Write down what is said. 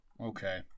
Okay